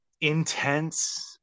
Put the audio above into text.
Intense